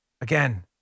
again